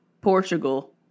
Portugal